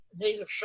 native